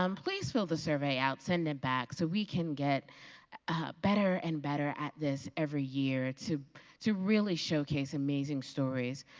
um please fill the survey out, send it back so we can get ah better and better at this every year to to really showcase amazing stories